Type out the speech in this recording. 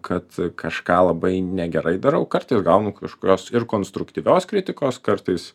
kad kažką labai negerai darau kartais gaunu kažkurios ir konstruktyvios kritikos kartais